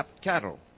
cattle